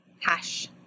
Hash